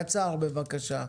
קצר בבקשה,